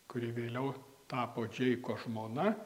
kuri vėliau tapo džeiko žmona